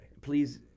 Please